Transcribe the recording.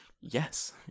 Yes